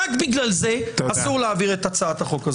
רק בגלל זה אסור להעביר את הצעת החוק הזאת.